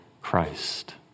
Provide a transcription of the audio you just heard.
Christ